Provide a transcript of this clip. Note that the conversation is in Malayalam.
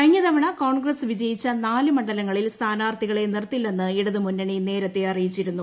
കഴിഞ്ഞ തവണ കോൺഗ്രസ് വിജയിച്ച നാല് മണ്ഡലങ്ങളിൽ സ്ഥാനാർത്ഥികളെ നിർത്തില്ലെന്ന് ഇടതുമുന്നണി നേര്ത്ത് അറിയിച്ചിരുന്നു